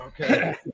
Okay